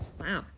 wow